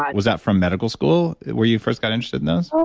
um was that from medical school where you first got interested in those? no.